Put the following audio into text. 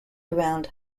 around